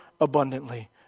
abundantly